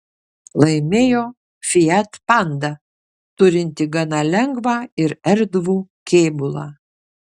laimėjo fiat panda turinti gana lengvą ir erdvų kėbulą